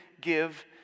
give